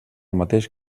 mateix